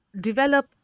develop